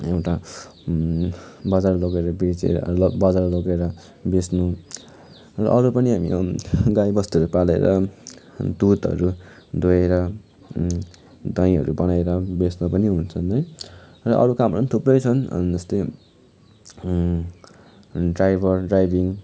एउटा बजार लगेर बेचेर बजार लगेर बेच्नु र अरू पनि हामी गाई बस्तुहरू पालेर दुधहरू दुहेर दहीहरू बनाएर बेच्नु पनि हुन्छन् है र अरू कामहरू पनि थुप्रै छन् जस्तै ड्राइभर ड्राइभिङ